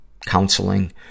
counseling